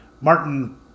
Martin